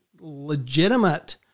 legitimate